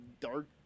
dark